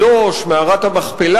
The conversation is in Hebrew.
במקום?